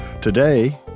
Today